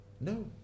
No